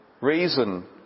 reason